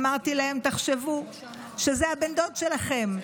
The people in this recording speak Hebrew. אמרתי להן: תחשבו שזה הבן דוד שלכן.